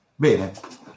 Bene